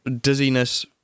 dizziness